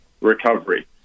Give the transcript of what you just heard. recovery